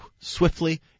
swiftly